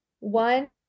One